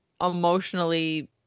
emotionally